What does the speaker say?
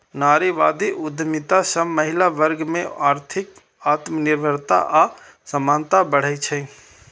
नारीवादी उद्यमिता सं महिला वर्ग मे आर्थिक आत्मनिर्भरता आ समानता बढ़ै छै